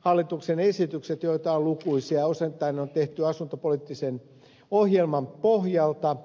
hallituksen esitykset joita on lukuisia on osittain tehty asuntopoliittisen ohjelman pohjalta